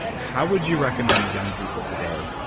how would you recommend young people today